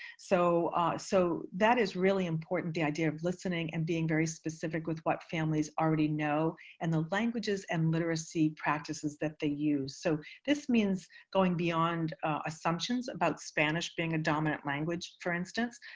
so so that is really important, the idea of listening and being very specific with what families already know and the languages and literacy practices that they use. so this means going beyond assumptions about spanish being a dominant language, for instance,